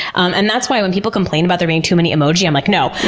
um and that's why when people complain about there being too many emoji, i'm like, no,